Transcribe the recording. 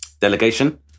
delegation